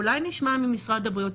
אולי נשמע ממשרד הבריאות,